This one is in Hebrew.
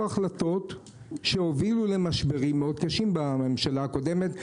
החלטות שהובילו למשברים מאוד קשים בממשלה קודמת.